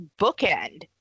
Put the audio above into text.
bookend